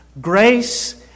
Grace